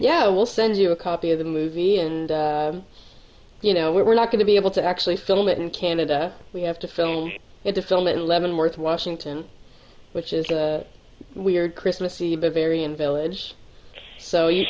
yeah we'll send you a copy of the movie and you know we're not going to be able to actually film it in canada we have to film it to film in leavenworth washington which is a weird christmas eve a very in village so y